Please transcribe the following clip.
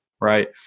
right